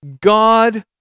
God